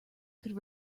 could